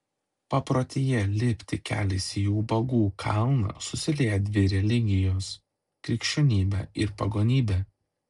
paprotyje lipti keliais į ubagų kalną susilieja dvi religijos krikščionybė ir pagonybė